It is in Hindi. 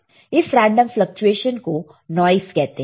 इस रेंडम फ्लकचुएशन को नॉइस कहते हैं